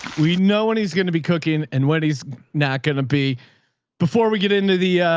we know when he's going to be cooking and when he's not going to be before we get into the,